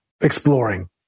exploring